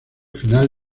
final